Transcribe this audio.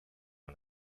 and